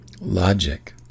logic